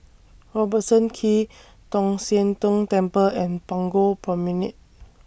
Robertson Quay Tong Sian Tng Temple and Punggol Promenade